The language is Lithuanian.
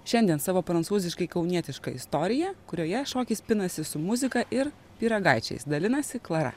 šiandien savo prancūziškai kaunietišką istoriją kurioje šokis pinasi su muzika ir pyragaičiais dalinasi klara